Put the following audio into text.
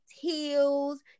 heels